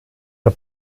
der